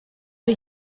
ari